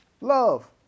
Love